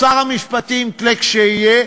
או שר המשפטים כשיהיה,